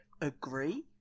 agree